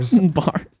Bars